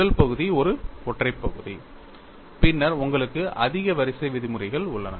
முதல் பகுதி ஒரு ஒற்றை பகுதி பின்னர் உங்களுக்கு அதிக வரிசை விதிமுறைகள் உள்ளன